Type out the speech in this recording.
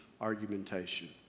argumentation